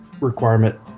requirement